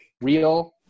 real